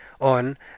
on